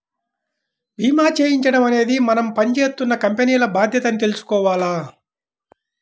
భీమా చేయించడం అనేది మనం పని జేత్తున్న కంపెనీల బాధ్యత అని తెలుసుకోవాల